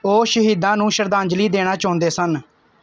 ਉਹ ਸ਼ਹੀਦਾਂ ਨੂੰ ਸ਼ਰਧਾਂਜਲੀ ਦੇਣਾ ਚਾਹੁੰਦੇ ਸਨ